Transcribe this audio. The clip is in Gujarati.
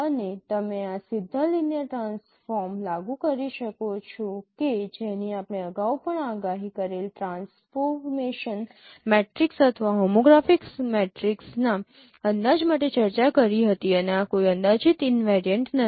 અને તમે આ સીધા લિનિયર ટ્રાન્સફૉર્મ લાગુ કરી શકો છો કે જેની આપણે અગાઉ પણ આગાહી કરેલ ટ્રાન્સફોર્મેશન મેટ્રિક્સ અથવા હોમોગ્રાફી મેટ્રિક્સના અંદાજ માટે ચર્ચા કરી હતી અને આ કોઈ અંદાજીત ઇનવેરિયન્ટ નથી